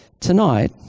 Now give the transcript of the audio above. Tonight